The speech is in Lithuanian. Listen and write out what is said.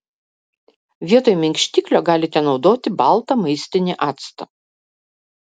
vietoj minkštiklio galite naudoti baltą maistinį actą